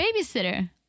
babysitter